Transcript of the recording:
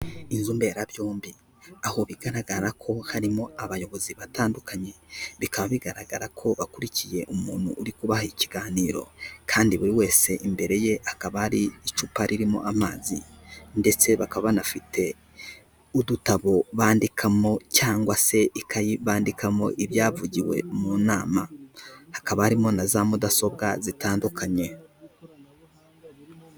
Inzu mberabyombi aho bigaragara ko harimo abayobozi batandukanye, bikaba bigaragara ko bakurikiye umuntu uri kubaha ikiganiro kandi buri wese imbere ye hakaba hari icupa ririmo amazi ndetse bakaba banafite n'udutabo bandikamo cyangwa se ikayi bandikamo ibyavugiwe mu nama hakaba, harimo na za mudasobwa zitandukanye.